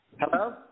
Hello